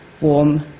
warm